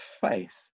faith